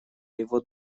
его